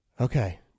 Okay